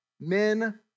Men